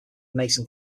mason